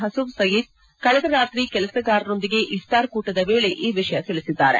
ಪಸುಫ್ ಸಯೀದ್ ಕಳೆದ ರಾತ್ರಿ ಕೆಲಸಗಾರರೊಂದಿಗೆ ಇಫ್ತಾರ್ ಕೂಟದ ವೇಳೆ ಈ ವಿಷಯ ತಿಳಿಸಿದ್ದಾರೆ